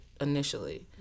initially